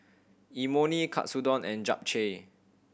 Imoni Katsudon and Japchae